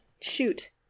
shoot